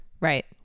Right